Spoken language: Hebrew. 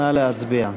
נא להצביע.